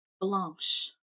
Blanche